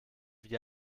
wie